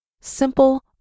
Simple